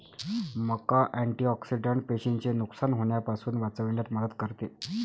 मका अँटिऑक्सिडेंट पेशींचे नुकसान होण्यापासून वाचविण्यात मदत करते